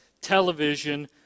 television